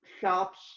shops